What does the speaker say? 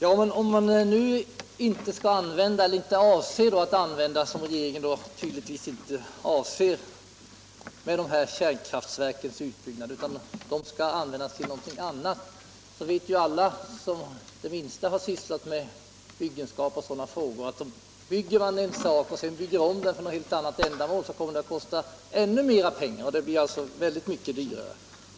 Herr talman! Regeringen avser tydligen att anläggningarna inte skall användas som kärnkraftverk utan till något annat. Alla som det allra minsta har sysslat med byggenskap vet att uppför man en byggnad för ett ändamål och sedan bygger om den för ett annat så blir det oerhört mycket dyrare.